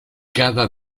cada